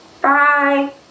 Bye